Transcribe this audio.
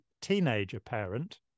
teenager-parent